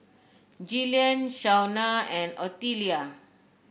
Gillian Shawna and Ottilia